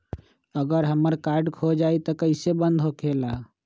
अगर हमर कार्ड खो जाई त इ कईसे बंद होकेला?